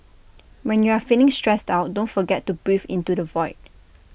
when you are feeling stressed out don't forget to breathe into the void